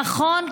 נכון,